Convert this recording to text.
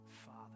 Father